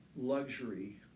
luxury